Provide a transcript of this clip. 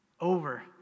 Over